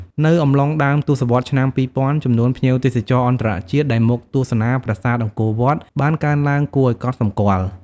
នៅអំឡុង ដើមទសវត្សរ៍ឆ្នាំ ២០០០ ចំនួនភ្ញៀវទេសចរអន្តរជាតិដែលមកទស្សនាប្រាសាទអង្គរវត្តបានកើនឡើងគួរឲ្យកត់សម្គាល់។